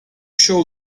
show